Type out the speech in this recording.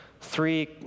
three